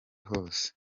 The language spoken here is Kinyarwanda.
hose